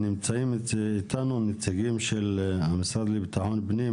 נמצאים אתנו נציגים של המשרד לביטחון פנים,